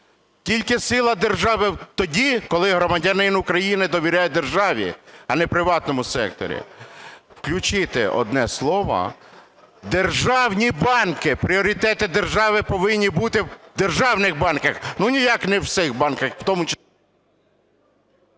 (тільки сила держави тоді, коли громадянин України довіряє державі, а не приватному сектору), включити одне слово - "державні банки". Пріоритети держави повинні бути в державних банках, ніяких не в цих банках…